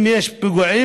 אם יש פיגועים,